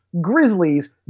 Grizzlies